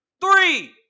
Three